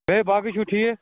بیٚیہِ باقٕے چھُو ٹھیٖک